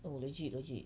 oh legit legit